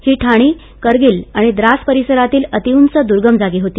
ही ठाणी करगिल आणि द्रास परिसरातील अतिउंच दुर्गम जागी होती